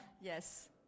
yes